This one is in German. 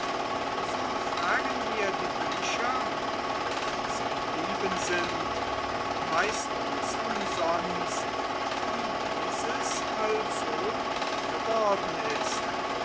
so fragen wir die bücher die uns geblieben sind meistens umsonst wie dieses also geworden ist